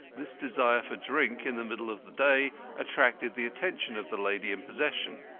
this desire for drink in the middle of the day attracted the attention of the lady in possession.